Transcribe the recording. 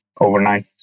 overnight